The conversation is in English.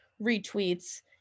retweets